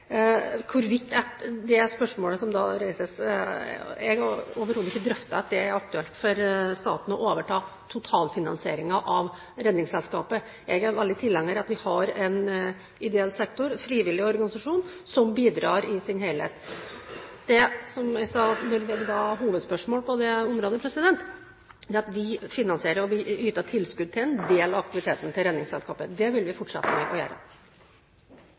det spørsmålet som reises, har jeg overhodet ikke drøftet om det er aktuelt for staten å overta totalfinansieringen av Redningsselskapet. Jeg er veldig tilhenger av at vi har en ideell sektor, frivillig organisasjon, som bidrar i sin helhet. Det som jeg sa på det området når det gjelder hovedspørsmålet, er at vi finansierer og yter tilskudd til en del av aktivitetene til Redningsselskapet. Det vil vi fortsette å gjøre.